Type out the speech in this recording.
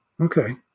okay